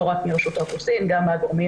לא רק מרשות האוכלוסין אלא גם מהגורמים